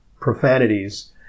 profanities